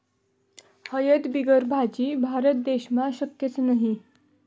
हयद बिगर भाजी? भारत देशमा शक्यच नही